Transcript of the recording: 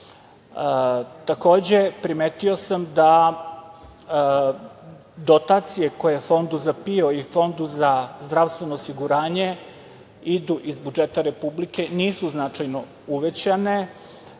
primetio sam da dotacije koje Fondu za PIO i Fondu za zdravstveno osiguranje idu iz budžeta Republike nisu značajno uvećane.